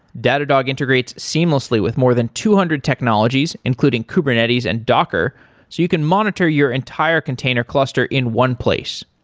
datadog integrates seamlessly with more than two hundred technologies, including kubernetes and docker, so you can monitor your entire container cluster in one place.